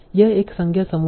यह एक संज्ञा समूह है